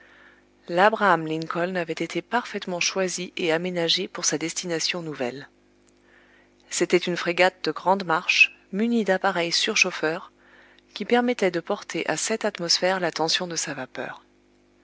labraham lincoln avait été parfaitement choisi et aménagé pour sa destination nouvelle c'était une frégate de grande marche munie d'appareils surchauffeurs qui permettaient de porter à sept atmosphères la tension de sa vapeur